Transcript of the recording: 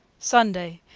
sunday.